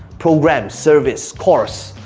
program, service, course?